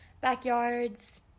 backyards